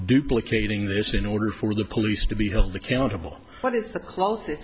duplicating this in order for the police to be held accountable